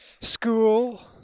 school